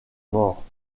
morts